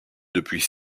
depuis